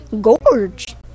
Gorge